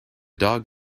dog